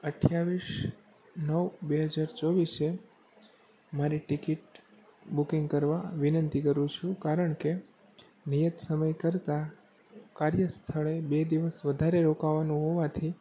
અઠ્યાવીસ નવ બે હજાર ચોવીસે મારી ટિકિટ બુકિંગ કરવા વિનંતી કરું છું કારણ કે નિયત સમય કરતાં કાર્ય સ્થળે બે દિવસ વધારે રોકાવાનું હોવાથી